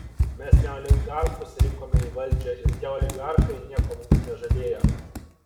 mes ne oligarchus rinkome į valdžią ir tie oligarchai nieko mums nežadėjo